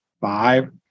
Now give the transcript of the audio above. five